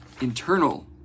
internal